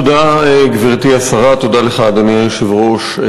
תודה, גברתי השרה, תודה לך, אדוני היושב-ראש.